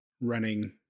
running